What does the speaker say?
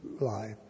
life